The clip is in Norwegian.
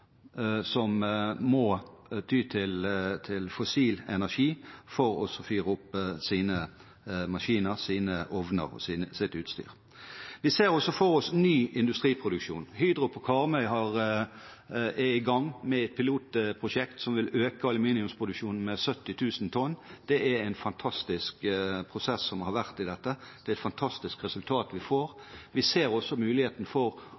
må ty til fossil energi for å fyre opp sine maskiner, sine ovner og sitt utstyr. Vi ser også for oss ny industriproduksjon. Hydro på Karmøy er i gang med et pilotprosjekt som vil øke aluminiumsproduksjonen med 70 000 tonn. Det er en fantastisk prosess som har vært i dette, det er et fantastisk resultat vi får. Vi ser også muligheten for